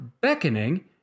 beckoning